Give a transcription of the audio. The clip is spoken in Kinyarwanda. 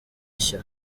nshya